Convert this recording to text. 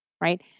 right